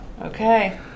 Okay